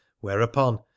whereupon